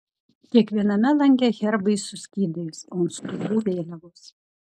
kiekviename lange herbai su skydais o ant stogų vėliavos